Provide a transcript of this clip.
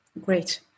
Great